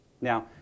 Now